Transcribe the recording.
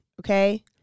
Okay